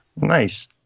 Nice